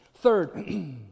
Third